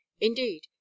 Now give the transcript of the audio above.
indeed